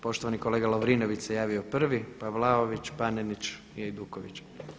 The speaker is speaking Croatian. Poštovani kolega Lovrinović se javio prvi, pa Vlaović, Panenić i Ajduković.